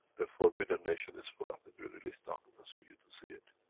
the forbidden nation is full of it. we release documents for you to see it.